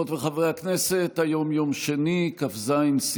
דברי הכנסת י / מושב ראשון / ישיבות כ"ה כ"ז / כ"ז כ"ט